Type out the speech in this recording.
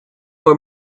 were